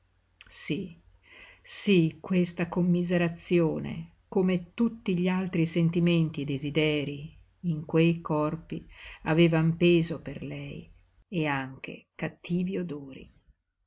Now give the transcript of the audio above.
sí sí questa commiserazione come tutti gli altri sentimenti e desiderii in quei corpi avevan peso per lei e anche cattivi odori